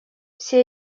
все